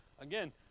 again